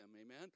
Amen